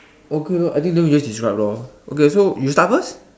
okay lor I think then we just describe lor okay so you start first